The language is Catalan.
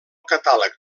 catàleg